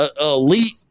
elite